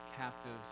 captives